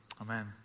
Amen